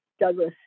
Douglas